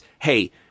Hey